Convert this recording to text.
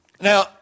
Now